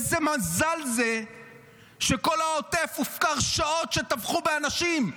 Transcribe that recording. איזה מזל שכל העוטף הופקר שעות כשטבחו באנשים,